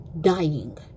dying